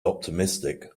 optimistic